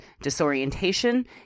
disorientation